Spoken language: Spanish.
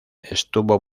estuvo